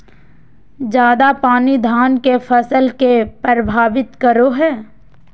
ज्यादा पानी धान के फसल के परभावित करो है?